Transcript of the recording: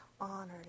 honored